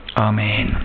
Amen